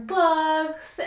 books